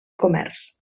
comerç